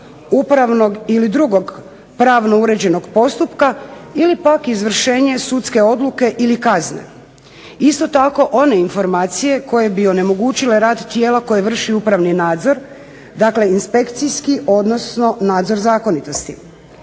upravnog ili drugog pravno uređenog postupka ili pak izvršenje sudske odluke ili kazne. Isto tako, one informacije koje bi onemogućile rad tijela koji vrši upravni nadzor, dakle inspekcijski, odnosno nadzor zakonitosti.